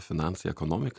finansai ekonomika